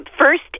first